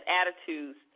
attitudes